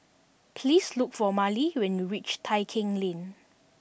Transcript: please look for Marlee when you reach Tai Keng Lane